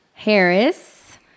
Harris